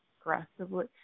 aggressively